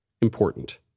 important